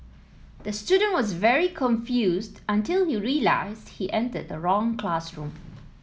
the student was very confused until he realised he entered the wrong classroom